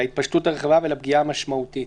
להתפשטות הרחבה ולפגיעה המשמעותית?